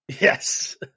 Yes